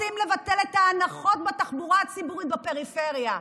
רוצים לבטל את ההנחות בתחבורה הציבורית בפריפריה.